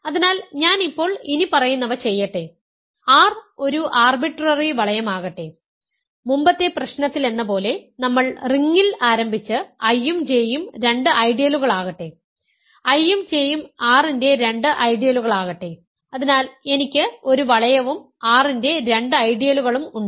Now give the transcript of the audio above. അതിനാൽ ഞാൻ ഇപ്പോൾ ഇനിപ്പറയുന്നവ ചെയ്യട്ടെ R ഒരു ആർബിട്രറി വളയം ആകട്ടെ മുമ്പത്തെ പ്രശ്നത്തിലെന്നപോലെ നമ്മൾ റിംഗിൽ ആരംഭിച്ച് I യും J യും രണ്ട് ഐഡിയലുകളാകട്ടെ I യും J യും R ന്റെ രണ്ട് ഐഡിയലുകളാകട്ടെ അതിനാൽ എനിക്ക് ഒരു വളയവും R ന്റെ രണ്ട് ഐഡിയലുകളും ഉണ്ട്